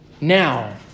now